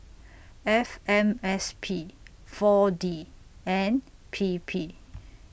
F M S P four D and P P